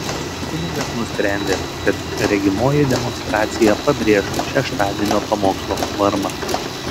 kunigas nusprendė kad regimoji demonstracija pabrėš šeštadienio pamokslo svarbą